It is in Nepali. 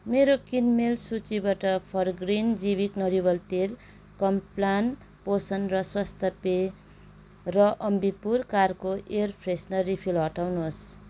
मेरो किनमेल सूचीबाट फरग्रिन जैविक नरिवल तेल कम्प्लान पोषण र स्वास्थ्य पेय र अम्बिपुर कारको एयर फ्रेसनर रिफिल हटाउनुहोस्